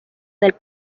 del